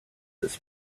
this